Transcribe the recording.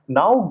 now